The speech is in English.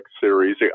series